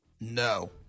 No